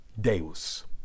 Deus